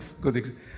good